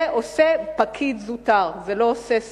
זה עושה פקיד זוטר, זה לא עושה שר.